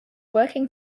working